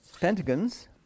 pentagons